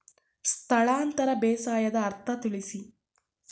ಸ್ಥಳಾಂತರ ಬೇಸಾಯದ ಅರ್ಥ ತಿಳಿಸಿ?